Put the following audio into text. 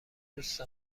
دوست